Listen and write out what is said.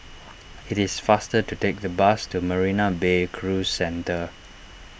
it is faster to take the bus to Marina Bay Cruise Centre